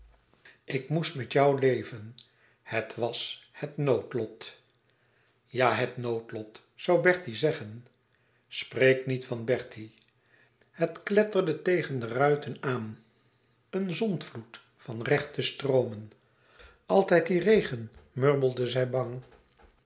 ik moest met jou leven het was het noodlot ja het noodlot zoû bertie zeggen spreek niet van bertie het kletterde tegen de ruiten aan een zondvloed van rechte stroomen altijd die regen murmelde zij bang